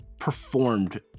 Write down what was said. performed